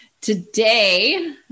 Today